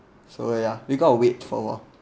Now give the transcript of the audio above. so ya we gotta wait for awhile